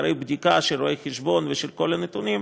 אחרי בדיקה של רואה-חשבון ושל כל הנתונים,